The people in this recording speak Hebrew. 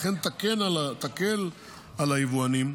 אכן תקל על היבואנים,